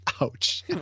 Ouch